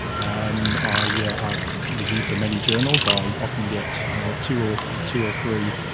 um i yeah ah review for many journals. i often get two ah two or three